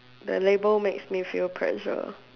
the label makes me feel pressure